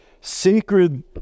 sacred